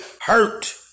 hurt